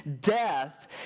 death